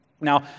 Now